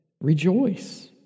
rejoice